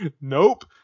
Nope